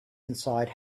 inside